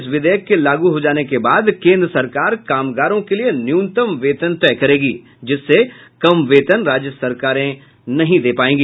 इस विधेयक के लागू हो जाने के बाद केन्द्र सरकार कामगारों के लिए न्यूनतम वेतन तय करेगी जिससे कम वेतन राज्य सरकारें नहीं दे पायेगी